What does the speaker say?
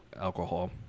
alcohol